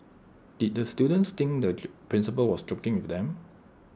did the students think the principal was joking with them